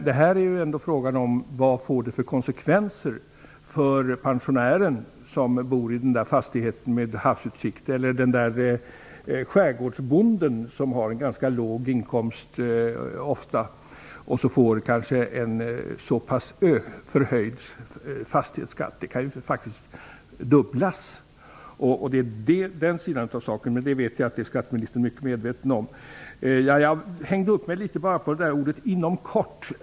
Men frågan är vad det får för konsekvenser för pensionären som bor in en fastighet med havsutsikt eller för skärgårdsbonden som ofta har en ganska låg inkomst och som får en förhöjd fastighetsskatt -- den kan faktiskt fördubblas. Det vet jag att skatteministern är medveten om. Jag hängde upp mig på uttrycket ''inom kort''.